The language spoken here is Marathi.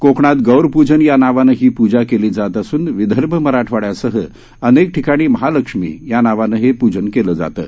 कोकणात गौर पूजन या नावाने ही पूजा केली जात असून विदर्भ मराठवाड्यासह अनेक ठिकाणी महालक्ष्मी या नावाने हे पूजन केले जाते